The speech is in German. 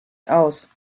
aus